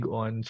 on